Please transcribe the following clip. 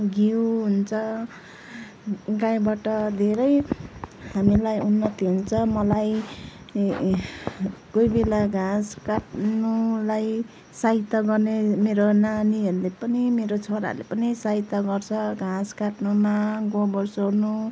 घिउ हुन्छ गाईबाट धेरै हामीलाई उन्नति हुन्छ मलाई कोही बेला घाँस काट्नुलाई सहायता गर्ने मेरो नानीहरूले पनि मेरो छोराहरूले पनि सहायता गर्छ घाँस काट्नुमा गोबर सोहोर्नु